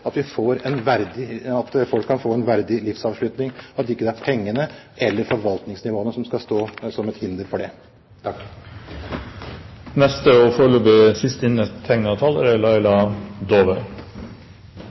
at vi skal ha i større omfang. Jeg håper virkelig man kan se på et finansieringssystem som gjør at folk kan få en verdig livsavslutning, og at det ikke er pengene eller forvaltningsnivåene som skal være til hinder for det. I og